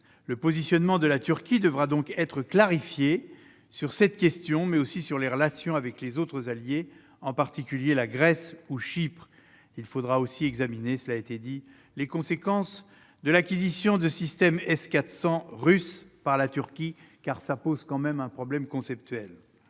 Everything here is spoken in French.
Le positionnement de la Turquie devra donc être clarifié sur cette question, mais aussi sur les relations avec les autres alliés, en particulier la Grèce ou Chypre. Il faudra aussi examiner, cela a été dit, les conséquences de l'acquisition de systèmes de missiles S-400 russes par la Turquie, qui soulève tout de même un problème conceptuel.